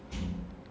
mm